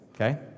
okay